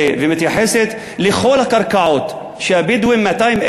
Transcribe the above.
ומתייחסת לכל הקרקעות שהבדואים הערבים,